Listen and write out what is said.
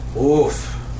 Oof